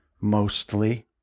mostly